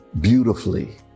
beautifully